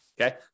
Okay